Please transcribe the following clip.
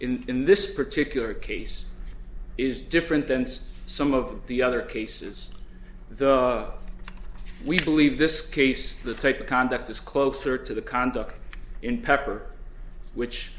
in this particular case is different than some of the other cases we believe this case the take conduct is closer to the conduct in pepper which